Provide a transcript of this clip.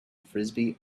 frisbee